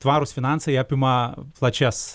tvarūs finansai apima plačias